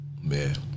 Man